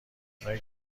اونایی